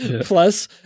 plus